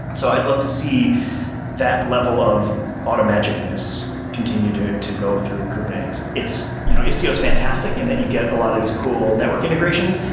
and so i'd love to see that level of auto-magicness continue to to go through kubernetes. you know istio is fantastic and that you get a lot of these cool network integrations.